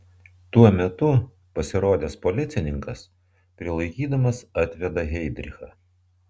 tuo metu pasirodęs policininkas prilaikydamas atveda heidrichą